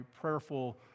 prayerful